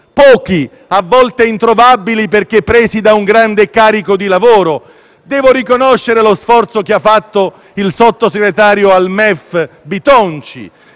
pochi e a volte introvabili, perché presi da un grande carico di lavoro. Devo riconoscere lo sforzo che ha fatto il sottosegretario al MEF Bitonci,